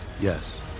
Yes